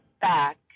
back